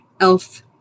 elf